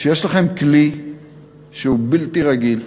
שיש לכם כלי שהוא בלתי רגיל,